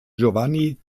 giovanni